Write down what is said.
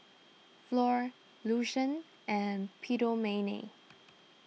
Flor Lucien and Philomene